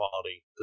quality